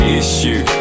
issue